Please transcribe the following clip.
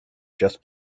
just